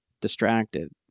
distracted